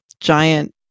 giant